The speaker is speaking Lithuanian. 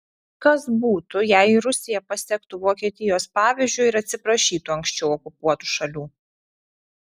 kas būtų jei rusija pasektų vokietijos pavyzdžiu ir atsiprašytų anksčiau okupuotų šalių